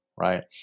right